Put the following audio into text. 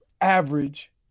average